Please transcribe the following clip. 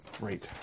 great